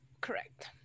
Correct